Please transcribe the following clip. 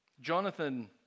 Jonathan